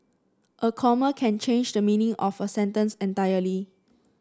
a comma can change the meaning of a sentence entirely